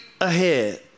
ahead